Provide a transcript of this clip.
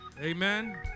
Amen